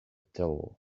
door